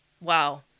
Wow